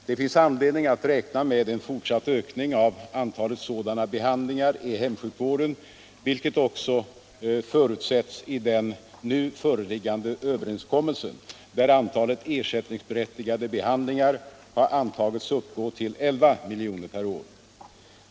Det finns anledning att räkna med en fortsatt ökning av antalet sådana behandlingar i hemsjukvården, vilket också förutsätts i den nu föreliggande överenskommelsen, där antalet ersättningsberättigade behandlingar har antagits uppgå till 11 miljoner per år.